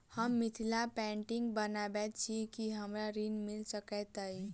हम मिथिला पेंटिग बनाबैत छी की हमरा ऋण मिल सकैत अई?